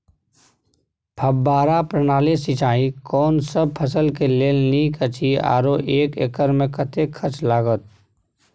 फब्बारा प्रणाली सिंचाई कोनसब फसल के लेल नीक अछि आरो एक एकर मे कतेक खर्च लागत?